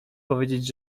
powiedzieć